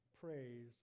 praise